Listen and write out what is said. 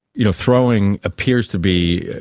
you know throwing appears to be,